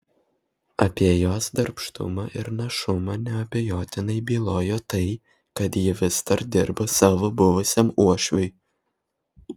apie jos darbštumą ir našumą neabejotinai bylojo tai kad ji vis dar dirbo savo buvusiam uošviui